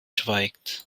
schweigt